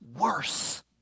worse